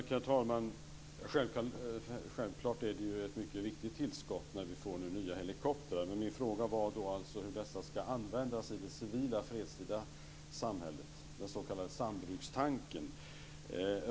Herr talman! Självklart är det ett mycket viktigt tillskott när man nu får nya helikoptrar. Men min fråga är hur dessa ska användas i det civila fredstida samhället, den s.k. samryckstanken.